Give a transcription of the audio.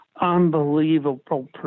unbelievable